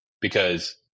Because-